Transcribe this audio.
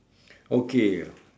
okay